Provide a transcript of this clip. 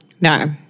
No